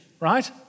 right